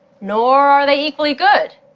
nor are they equally good.